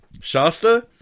Shasta